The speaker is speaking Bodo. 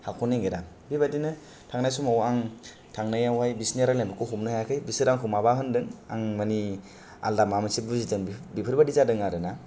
हाखनो नागेरा बेबायदिनो थांनाय समाव आं थांनायाव हाय बिसिनि रायलायनायखौ हमनो हायाखै बिसोर आंखौ माबा होनदों आं मानि आलदा माबा मोनसे बुजिदों बेफ बेफोर बायदि जादों आरोना